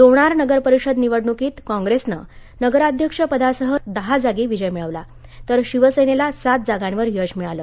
लोणार नगर परिषद निवडण्कीत काँग्रेसनं नगराध्यक्षपदासह दहा जागी विजय मिळवला तर शिवसेनेला सात जागांवर यश मिळालं